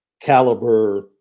caliber